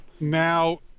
now